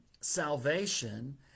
salvation